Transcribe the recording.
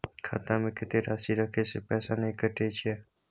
खाता में कत्ते राशि रखे से पैसा ने कटै छै?